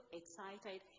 excited